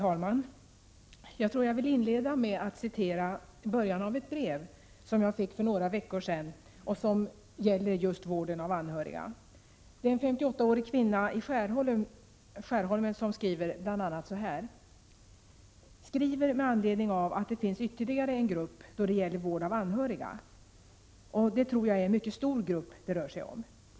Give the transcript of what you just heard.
Herr talman! Jag vill inleda med att citera början av ett brev som jag fick för några veckor sedan och som gäller just vården av anhöriga. En 58-årig kvinna i Skärholmen skriver bl.a. så här: ”Skriver med anledning av att det finns ytterligare en grupp då det gäller vård av anhöriga, och det tror jag är en mycket stor grupp det rör sig om.